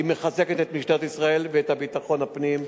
היא מחזקת את משטרת ישראל ואת ביטחון הפנים.